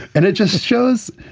and it just shows.